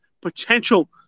potential